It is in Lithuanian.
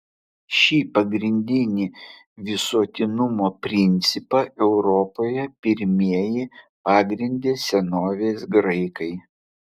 šį pagrindinį visuotinumo principą europoje pirmieji pagrindė senovės graikai